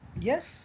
Yes